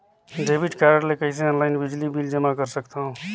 Debit card ले कइसे online बिजली बिल जमा कर सकथव?